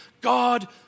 God